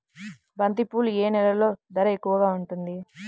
బంతిపూలు ఏ నెలలో ధర ఎక్కువగా ఉంటుంది?